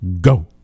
Go